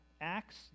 Acts